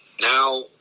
now